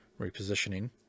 repositioning